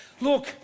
look